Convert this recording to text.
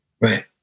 Right